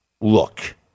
look